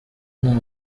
nta